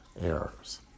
errors